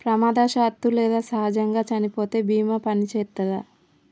ప్రమాదవశాత్తు లేదా సహజముగా చనిపోతే బీమా పనిచేత్తదా?